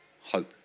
hope